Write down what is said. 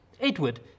Edward